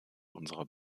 unserer